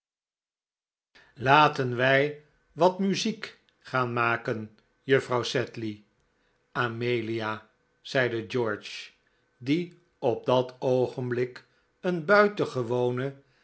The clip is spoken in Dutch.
laten wij wat muziek gaan maken juffrouw sedley amelia zeide george die op dat oogenblik een buitengewonen